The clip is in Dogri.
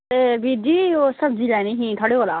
एह् बीर जी सब्ज़ी लैनी ही थुआढ़े कोला